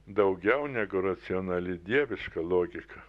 daugiau negu racionali dieviška logika